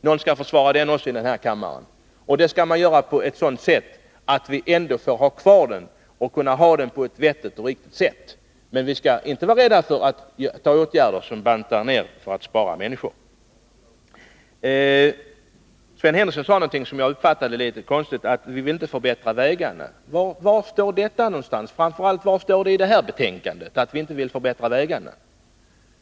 Någon skall försvara den också i den här kammaren, och det skall man göra på ett sådant sätt att vi ändå får ha den kvar — och kan ha den kvar på ett riktigt och vettigt sätt. Men vi skall inte vara rädda för att vidta åtgärder som bantar ner trafiken för att spara människoliv. Sven Henricsson sade någonting som jag uppfattade som litet konstigt, nämligen att vi inte skulle vilja förbättra vägarna. Var står detta någonstans? Framför allt: Var i det här betänkandet står det att inte vi vill förbättra vägarna?